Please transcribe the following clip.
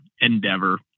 Endeavor